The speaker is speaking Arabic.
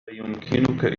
أيمكنك